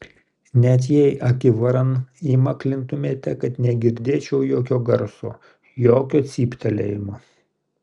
net jei akivaran įmaklintumėte kad negirdėčiau jokio garso jokio cyptelėjimo